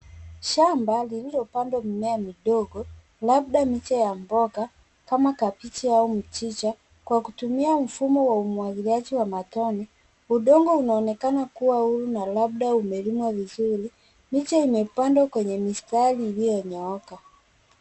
Shamba lililo pandwa mimea midogo labda miche ya mboga kama kabeji au mchicha kwa kutumia mfumo wa umwagiliaji wa matone. Udongo unaonekana kuwa huru na labda umelimwa vizuri. Miche imepandwa kwenye mistari iliyo nyooka.